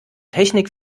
technik